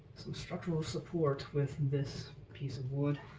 some structural support with this piece of wood